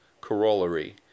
corollary